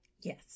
Yes